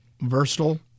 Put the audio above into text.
versatile